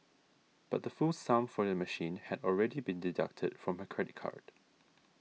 but the full sum for a machine had already been deducted from her credit card